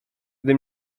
gdy